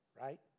Right